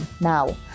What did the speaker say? Now